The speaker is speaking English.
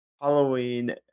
Halloween